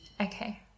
okay